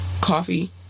coffee